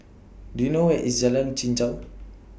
Do YOU know Where IS Jalan Chichau